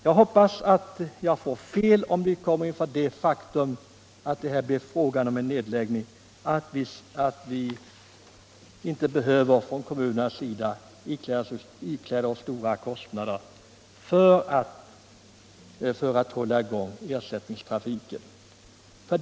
Jag hoppas jag får fel om vi kommer inför det faktum att det blir fråga om en nedläggning och att kommunerna inte behöver ikläda sig stora kostnader för att hålla i gång ersättningstrafiken.